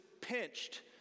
pinched